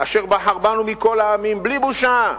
אשר בחר בנו מכל העמים, בלי בושה,